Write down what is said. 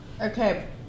Okay